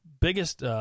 biggest